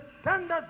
standards